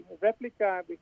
replica